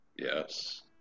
Yes